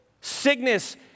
sickness